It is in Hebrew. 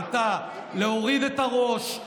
הייתה להוריד את הראש,